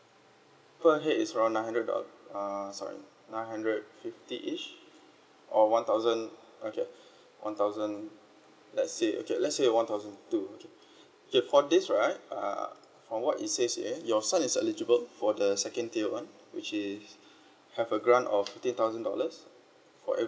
per head is around nine hundred dolla~ uh sorry nine hundred fifty each or one thousand okay one thousand let's say okay let's say one thousand two okay okay for this right uh from what it says here your son is eligible for the second tier on which is have a grant of fifteen thousand dollars for